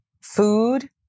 food